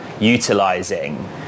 utilizing